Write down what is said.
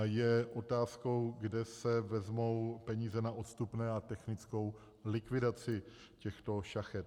Je otázkou, kde se vezmou peníze na odstupné a technickou likvidaci těchto šachet.